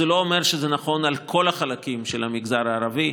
זה לא אומר שזה נכון על כל החלקים של המגזר הערבי.